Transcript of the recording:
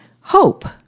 hope